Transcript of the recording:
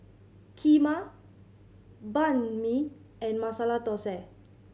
Kheema Banh Mi and Masala Dosa